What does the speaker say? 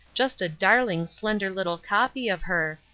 just a darling slender little copy of her,